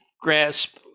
grasp